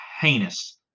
heinous